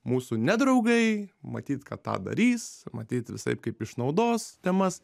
mūsų nedraugai matyt kad tą darys matyt visaip kaip išnaudos temas